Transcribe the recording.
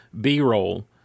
b-roll